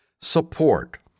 Support